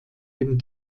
dem